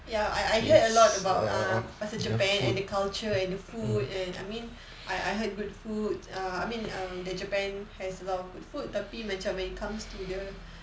ya I I heard a lot about err pasal japan and the culture and the food and I mean I I heard good food err I mean um that japan has a lot of good food tapi macam when it comes to the